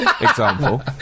example